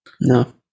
No